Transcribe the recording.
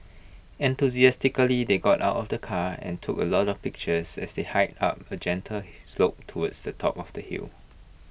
enthusiastically they got out of the car and took A lot of pictures as they hiked up A gentle slope towards the top of the hill